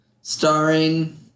starring